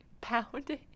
pounding